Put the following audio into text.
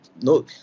no